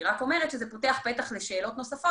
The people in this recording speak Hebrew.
אני רק אומרת שזה פותח פתח לשאלות נוספות